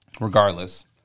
regardless